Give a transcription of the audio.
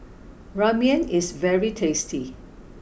Ramen is very tasty